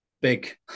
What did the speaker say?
Big